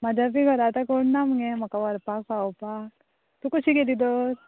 म्हज्या बी घरा आतां कोण ना मगे म्हाका व्हरपाक पळोवपाक तूं कशी गेली तर